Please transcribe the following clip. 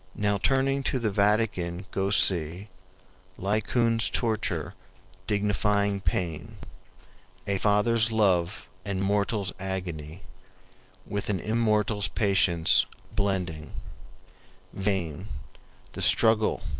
now turning to the vatican go see laocoon's torture dignifying pain a father's love and mortal's agony with an immortal's patience blending vain the struggle!